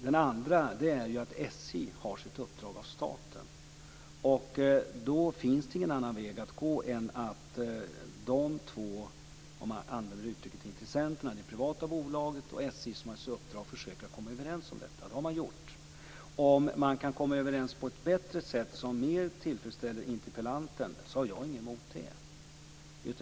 Den andra vägen är att SJ har sitt uppdrag av staten. Då finns det ingen annan väg att gå än att de två intressenterna, om man använder det uttrycket, dvs. det privata bolaget och SJ, försöker komma överens om detta. Det har de gjort. Om de kan komma överens på ett bättre sätt, som mer tillfredsställer interpellanten, har jag ingenting emot det.